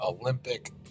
Olympic